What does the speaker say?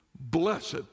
blessed